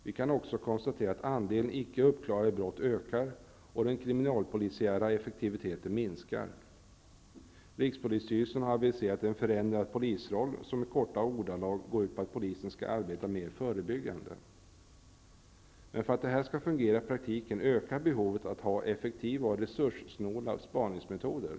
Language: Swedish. Vi kan också konstatera att andelen icke uppklarade brott ökar och den kriminalpolisiära effektiviteten minskar. Rikspolisstyrelsen har aviserat en förändrad polisroll, som i korta ordalag går ut på att polisen skall arbeta mer förebyggande. För att detta skall fungera i praktiken ökar behovet av effektiva och resurssnåla spaningsmetoder.